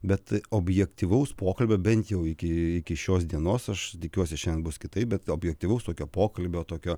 bet objektyvaus pokalbio bent jau iki iki šios dienos aš tikiuosi šiandien bus kitaip bet objektyvaus tokio pokalbio tokio